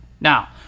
now